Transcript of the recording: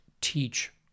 teach